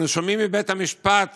אנו שומעים מבית המשפט